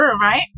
right